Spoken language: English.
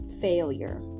failure